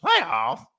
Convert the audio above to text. playoffs